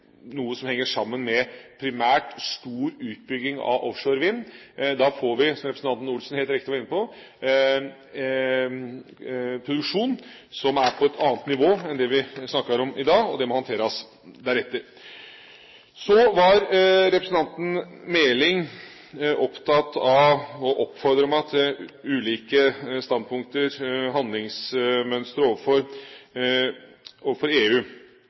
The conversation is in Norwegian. noe som primært henger sammen med stor utbygging av offshore vind. Da får vi, som representanten Olsen helt riktig var inne på, produksjon som er på et annet nivå enn det vi snakker om i dag, og det må håndteres deretter. Så var representanten Meling opptatt av og oppfordret til å ha ulike standpunkter, handlingsmønstre overfor EU.